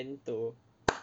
one